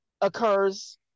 occurs